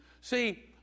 see